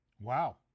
Wow